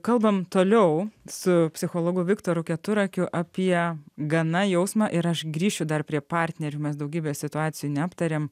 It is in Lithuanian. kalbam toliau su psichologu viktoru keturakiu apie gana jausmą ir aš grįšiu dar prie partnerių mes daugybės situacijų neaptarėm